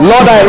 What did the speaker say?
Lord